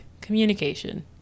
communication